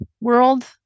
world